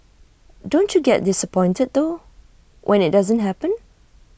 don't you get disappointed though when IT doesn't happen